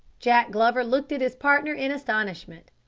jack glover looked at his partner in astonishment.